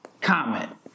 comment